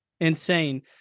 insane